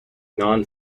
non